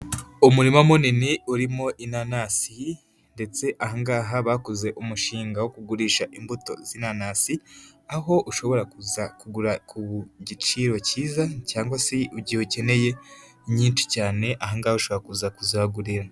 Umurima munini urimo inanasi ndetse aha ngaha bakoze umushinga wo kugurisha imbuto z'inanasi, aho ushobora kuza kugura ku giciro kiza cyangwa se igihe ukeneye nyinshi cyane aha ngaha ushobora kuza kuzihagurira.